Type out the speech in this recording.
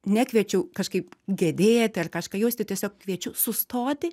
nekviečiau kažkaip gedėti ar kažką jausti tiesiog kviečiu sustoti